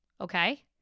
okay